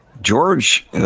George